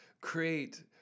create